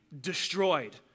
destroyed